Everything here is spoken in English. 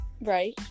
right